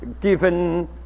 given